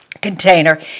container